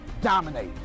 dominate